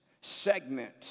segment